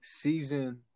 season